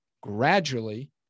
gradually